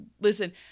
listen